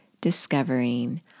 discovering